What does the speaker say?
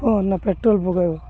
ଥିବ ନା ପେଟ୍ରୋଲ୍ ପକାଇବ